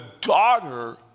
daughter